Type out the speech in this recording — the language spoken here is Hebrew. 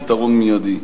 פתרון מיידי.